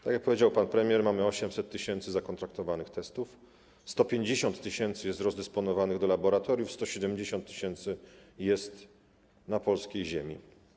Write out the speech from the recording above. Tak jak powiedział pan premier, mamy 800 tys. zakontraktowanych testów, 150 tys. jest rozdysponowanych do laboratoriów, 170 tys. jest na polskiej ziemi.